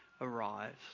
arrives